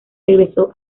regresó